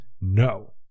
no